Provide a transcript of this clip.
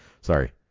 sorry